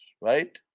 right